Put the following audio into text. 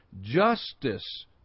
justice